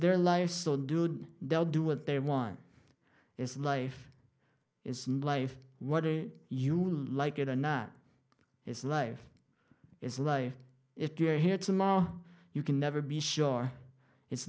their life so dood they'll do what they want it's life it's not life what you like it or not it's life is life if you're here tomorrow you can never be sure it's